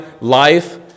life